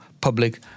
Public